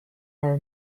our